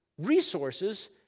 resources